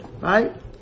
Right